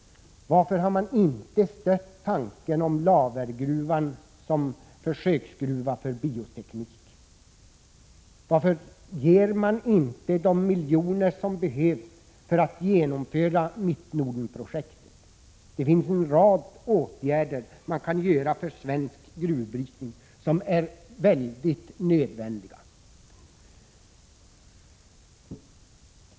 Varför har man inte stött tanken på Lavergruvan som försöksgruva för bioteknik? Varför beviljar man inte de miljoner som behövs för ett genomförande av Mittnordenprojektet? En rad väldigt nödvändiga åtgärder kan alltså vidtas när det gäller svensk gruvbrytning.